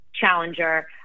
challenger